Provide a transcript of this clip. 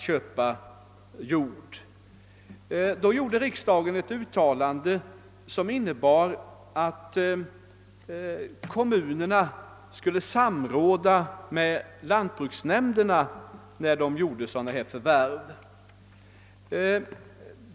köpa jord, vilket innebar att kommunerna skulle samråda med lantbruksnämnderna när de ämnar göra förvärv av detta slag.